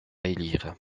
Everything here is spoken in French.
élire